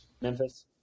Memphis